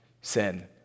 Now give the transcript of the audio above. sin